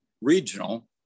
regional